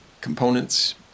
components